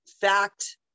fact